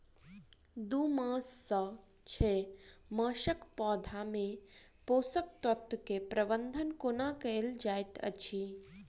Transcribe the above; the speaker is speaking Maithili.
दू मास सँ छै मासक पौधा मे पोसक तत्त्व केँ प्रबंधन कोना कएल जाइत अछि?